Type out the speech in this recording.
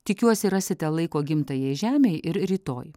tikiuosi rasite laiko gimtajai žemei ir rytoj